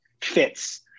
fits